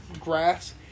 grass